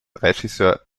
regisseur